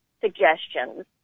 suggestions